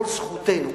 כל זכותנו,